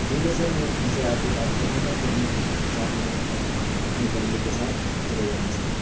ٹھیک ہے سر وہ ہم سے آ کے بات کر لے گا پھر ہم ساتھ میں اپنی فیملی کے ساتھ چلے جائیں گے سر